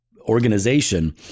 organization